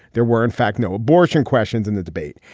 there were in fact no abortion questions in the debate.